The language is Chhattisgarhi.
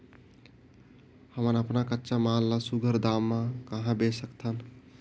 हमन अपन कच्चा माल ल सुघ्घर दाम म कहा बेच सकथन?